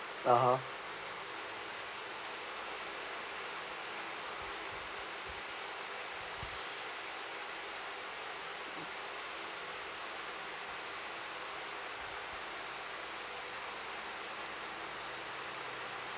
(uh huh)